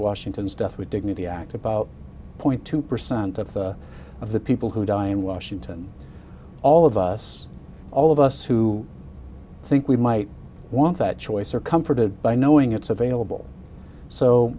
washington's death with dignity act about point two percent of the of the people who die in washington all of us all of us who think we might want that choice are comforted by knowing it's available so